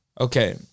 Okay